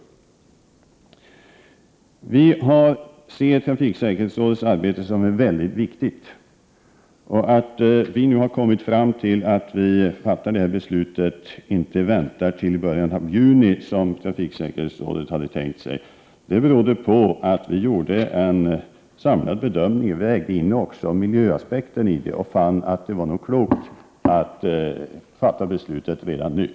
Regeringen anser att trafiksäkerhetsrådets arbete är mycket viktigt. Att regeringen nu kommit fram till att vi skall fatta detta beslut i dag och inte vänta till början av juni, vilket var den tidpunkt som trafiksäkerhetsrådet hade tänkt sig, beror på att vi i regeringen gjorde en samlad bedömning och även vägde in miljöaspekten. Vi fann då att det nog var klokt att redan nu fatta beslut i denna fråga.